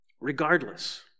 Regardless